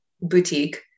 boutique